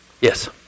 Yes